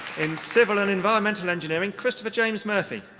in civil and environmental engineering, christopher james murphy.